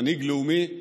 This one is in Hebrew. מנהיג לאומי,